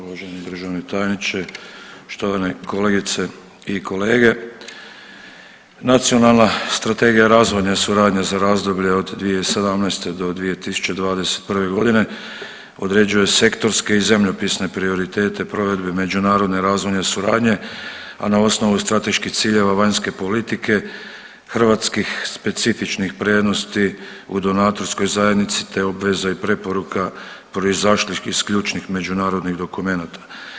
Uvaženi državni tajniče, štovane kolegice i kolege, Nacionalna strategija razvojne suradnje za razdoblje od 2017. do 2021. godine određuje sektorske i zemljopisne prioritete provedbe međunarodne razvojne suradnje, a na osnovu strateških ciljeva vanjske politike hrvatskih specifičnih prednosti u donatorskoj zajednici te obveza i preporuka proizašlih iz ključnih međunarodnih dokumenata.